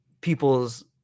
people's